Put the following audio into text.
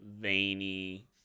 veiny